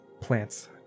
plants